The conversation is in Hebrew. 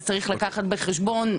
אז צריך לקחת בחשבון,